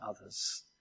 others